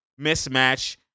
mismatch